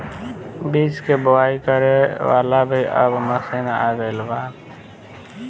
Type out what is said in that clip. बीज के बोआई करे वाला भी अब मशीन आ गईल बा